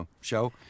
show